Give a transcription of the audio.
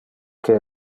que